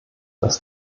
das